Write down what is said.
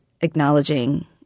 acknowledging